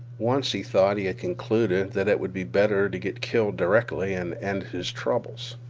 once he thought he had concluded that it would be better to get killed directly and end his troubles.